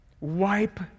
wipe